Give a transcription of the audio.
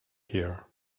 here